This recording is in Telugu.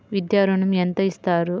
విద్యా ఋణం ఎంత ఇస్తారు?